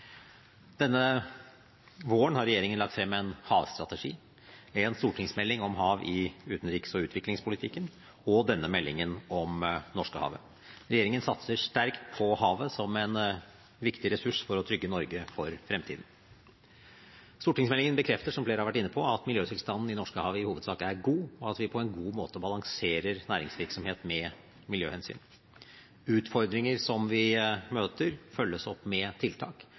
Denne våren har regjeringen lagt frem en havstrategi, en stortingsmelding om hav i utenriks- og utviklingspolitikken og denne meldingen om Norskehavet. Regjeringen satser sterkt på havet som en viktig ressurs for å trygge Norge for fremtiden. Stortingsmeldingen bekrefter, som flere har vært inne på, at miljøtilstanden i Norskehavet i hovedsak er god, og at vi på en god måte balanserer næringsvirksomhet med miljøhensyn. Utfordringer som vi møter, følges opp med tiltak,